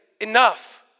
enough